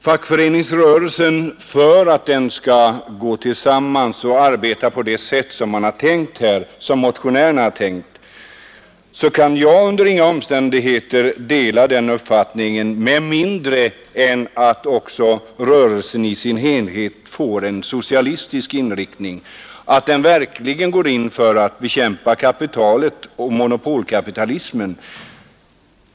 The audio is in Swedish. Jag delar inte uppfattningen att fackföreningsrörelsen skall arbeta på det sätt som motionärerna tänkt, och jag kan inte göra det med mindre än att rörelsen i sin helhet får en socialistisk inriktning och verkligen går in för att bekämpa kapitalet och monopolkapitalismen.